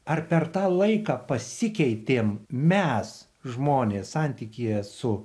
ar per tą laiką pasikeitėme mes žmonės santykyje su